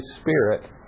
Spirit